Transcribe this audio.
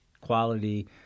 quality